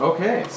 Okay